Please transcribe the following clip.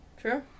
true